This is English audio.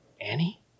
Annie